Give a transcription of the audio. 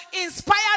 inspired